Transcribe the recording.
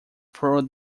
through